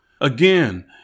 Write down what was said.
Again